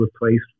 replaced